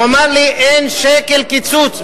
הוא אמר לי: אין שקל קיצוץ.